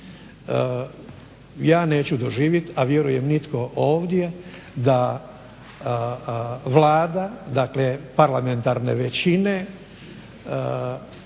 Ja neću doživjet, a vjerujem nitko ovdje da Vlada parlamentarne većine